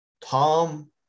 Tom